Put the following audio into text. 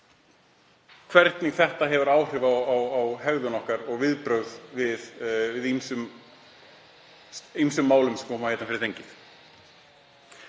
hvernig þetta hefur áhrif á hegðun okkar og viðbrögð við ýmsum málum sem koma fyrir þingið.